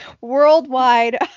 Worldwide